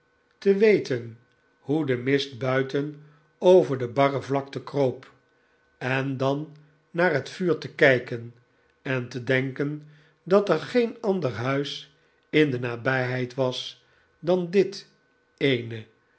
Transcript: te weten hoe de mist buiten over de barre david copperfield vlakte kroop en dan naar het vuur te kijken en te denken dat er geen ander huis in de nabijheid was dan dit eene